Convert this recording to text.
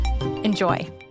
Enjoy